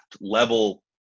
level